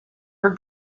her